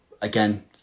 Again